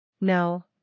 No